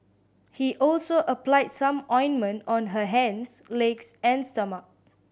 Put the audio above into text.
he also applied some ointment on her hands legs and stomach